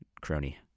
Crony